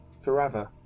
forever